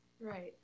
right